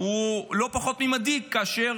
הוא לא פחות ממדאיג כאשר